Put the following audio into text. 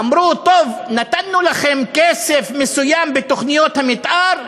אמרו: טוב, נתנו לכם כסף מסוים בתוכניות המתאר,